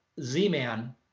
Z-Man